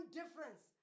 difference